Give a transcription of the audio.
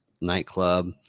nightclub